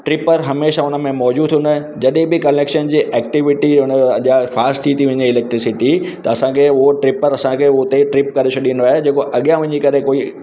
tripper हमेशह हुन में मौजूदु हूंदा जॾहिं बि कनेक्शन जी एक्टिविटी हुन जे अॻियां फास्ट थी थी वञे इलेक्ट्रिसिटी त असांखे उहा ट्रिपर असांखे हुते ट्रिप करे छॾींदो आहे जेको अॻियां वञी करे कोई